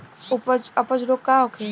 अपच रोग का होखे?